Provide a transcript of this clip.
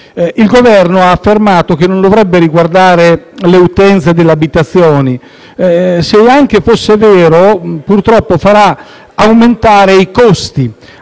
Il Governo ha affermato che non dovrebbe riguardare le utenze delle abitazioni; se anche fosse vero, purtroppo farà aumentare i costi.